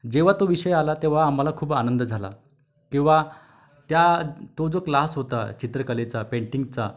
जेव्हा तो विषय आला तेव्हा आम्हाला खूप आनंद झाला किंवा त्या तो जो क्लास होता चित्रकलेचा पेंटिंगचा